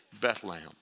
Bethlehem